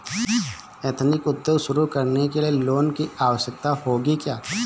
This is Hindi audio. एथनिक उद्योग शुरू करने लिए लोन की आवश्यकता होगी क्या?